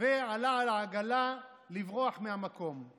ועלה על העגלה לברוח מהמקום.